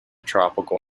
tropical